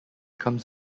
comes